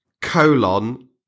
Colon